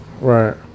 Right